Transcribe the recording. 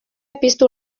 piztu